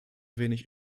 wenig